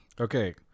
okay